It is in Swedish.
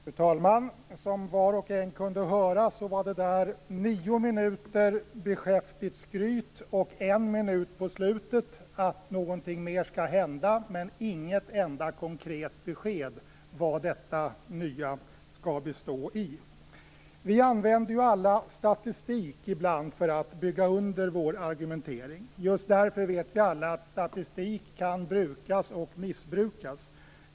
Fru talman! Som var och en kunde höra var detta nio minuter beskäftigt skryt. Under en minut på slutet talades det om att någonting mer skall hända, men det gavs inte ett enda konkret besked om vad detta nya skall bestå i. Vi använder alla statistik ibland för att bygga under vår argumentering. Just därför vet vi alla att statistik kan brukas och missbrukas.